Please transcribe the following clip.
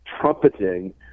trumpeting